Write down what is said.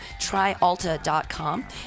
tryalta.com